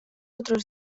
otros